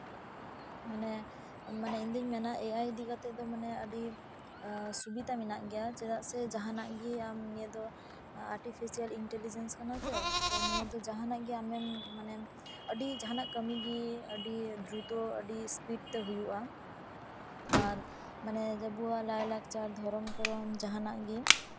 ᱢᱟᱱᱮ ᱢᱟᱱᱮ ᱤᱧ ᱫᱩᱧ ᱢᱮᱱᱟ ᱮ ᱟᱭ ᱤᱫᱤ ᱠᱟᱛᱮᱜ ᱫᱚ ᱟ ᱰᱤ ᱥᱩᱵᱤᱫᱟ ᱢᱮᱱᱟᱜ ᱜᱮᱭᱟ ᱪᱮᱫᱟᱜ ᱥᱮ ᱡᱟᱦᱟᱱᱟᱜ ᱜᱮ ᱟᱢ ᱱᱤᱭᱟᱹ ᱫᱚ ᱟᱨᱴᱤᱯᱷᱤᱥᱤᱭᱟᱞ ᱤᱱᱴᱮᱞᱤᱡᱮᱱᱥ ᱠᱟᱱᱟ ᱛᱚ ᱛᱚ ᱱᱤᱭᱟᱹ ᱫᱚ ᱡᱟᱦᱟᱸᱱᱟᱜ ᱟᱢᱮᱢ ᱢᱟᱱᱮᱢ ᱟ ᱰᱤ ᱡᱟᱦᱟᱸᱱᱟᱜ ᱠᱟ ᱢᱤ ᱜᱮ ᱠᱟ ᱢᱤ ᱜᱮ ᱟ ᱰᱤ ᱫᱨᱩᱛᱚ ᱟᱹᱰᱤ ᱤᱥᱯᱤᱰ ᱛᱮ ᱦᱩᱭᱩᱜᱼᱟ ᱟᱨ ᱢᱟᱱᱮ ᱟᱵᱚᱣᱟᱜ ᱞᱟᱭᱼᱞᱟᱠᱪᱟᱨ ᱫᱷᱚᱨᱚᱢᱼᱠᱚᱨᱚᱢ ᱡᱟᱦᱟᱸᱱᱟᱜ ᱜᱮ